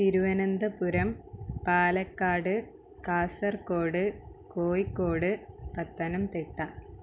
Thiruvananthapuram Palakkad Kasaragod Kozhikode Pathanamthitta